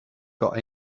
got